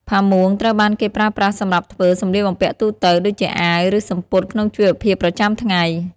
ផាមួងត្រូវបានគេប្រើប្រាស់សម្រាប់ធ្វើ សម្លៀកបំពាក់ទូទៅ ដូចជាអាវ ឬសំពត់ក្នុងជីវភាពប្រចាំថ្ងៃ។